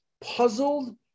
puzzled